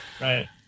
right